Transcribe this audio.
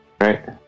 right